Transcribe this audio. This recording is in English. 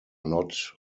not